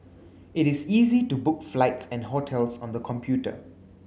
it is easy to book flights and hotels on the computer